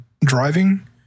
driving